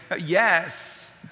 yes